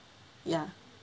ya